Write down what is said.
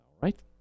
right